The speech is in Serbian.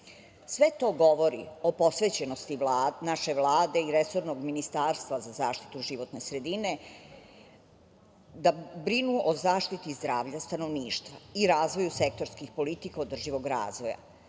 to govori o posvećenosti naše Vlade i resornog Ministarstva za zaštitu životne sredine, da brinu o zaštiti zdravlja stanovništva i razvoju sektorskih politika održivog razvoja. Na